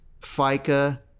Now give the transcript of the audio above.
FICA